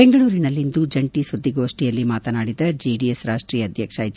ಬೆಂಗಳೂರಿನಲ್ಲಿಂದು ಜಂಟಿ ಸುದ್ದಿಗೋಷ್ಠಿಯಲ್ಲಿ ಮಾತನಾಡಿದ ಜೆಡಿಎಸ್ ರಾಷ್ಟೀಯ ಅಧ್ಯಕ್ಷ ಎಚ್